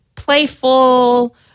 playful